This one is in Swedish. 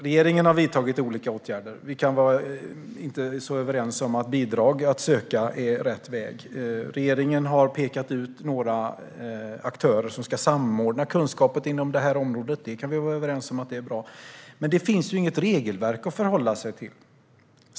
Regeringen har vidtagit olika åtgärder. Vi är inte särskilt överens om att bidrag att söka är rätt väg att gå. Regeringen har pekat ut några aktörer som ska samordna kunskapen inom området, och det kan vi vara överens om är bra. Men det finns inget regelverk att förhålla sig till.